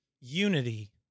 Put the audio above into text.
unity